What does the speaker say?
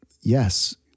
yes